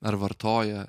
ar vartoja